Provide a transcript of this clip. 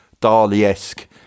Dali-esque